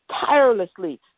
tirelessly